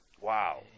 Wow